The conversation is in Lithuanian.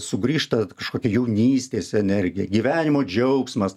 sugrįžta kažkokia jaunystės energija gyvenimo džiaugsmas